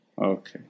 Okay